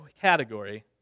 category